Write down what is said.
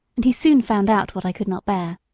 and he soon found out what i could not bear.